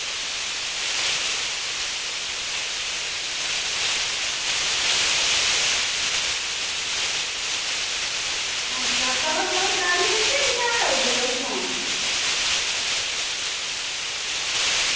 cover चाढ़ियै दिंदे जां इंया देई ओड़दे फोन